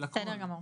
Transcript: של הכול.